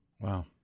Wow